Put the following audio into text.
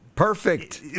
Perfect